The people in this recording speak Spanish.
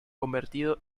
convertido